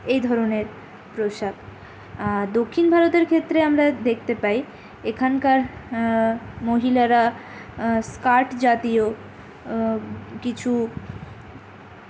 এই ধরনের পোশাক আর দক্ষিণ ভারতের ক্ষেত্রে আমরা দেখতে পাই এখানকার মহিলারা স্কার্ট জাতীয় কিছু